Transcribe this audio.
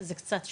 זה קצת שונה.